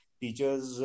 teachers